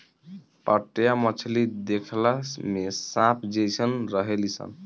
पाटया मछली देखला में सांप जेइसन रहेली सन